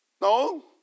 No